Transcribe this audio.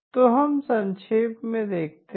तो हम संक्षेप में देखते हैं